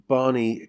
Barney